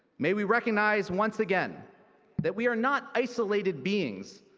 may we recognize once again that we are not isolated beings,